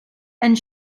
and